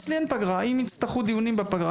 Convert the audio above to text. אם יצטרכו נעשה דיונים בפגרה,